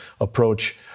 approach